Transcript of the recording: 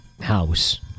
house